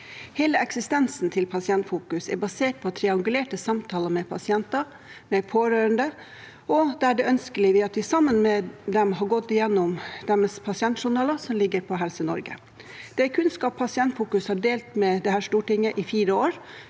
Hele eksistensen til Pasientfokus er basert på triangulerte samtaler med pasienter og pårørende, og da er det ønskelig at vi sammen med dem har gått igjennom deres pasientjournaler som ligger på helsenorge.no. Dette er kunnskap Pasientfokus har delt med Stortinget i fire år: